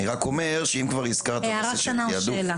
אני רק אומר שאם כבר הזכרת את הנושא של תעדוף